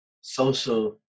social